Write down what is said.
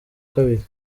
kabiri